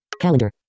Calendar